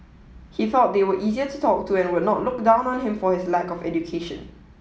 he felt they were easier to talk to and would not look down on him for his lack of education